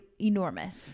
Enormous